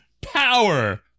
power